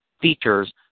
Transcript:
features